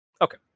Okay